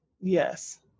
Yes